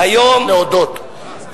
להודות,